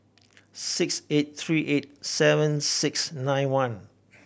six eight three eight seven six nine one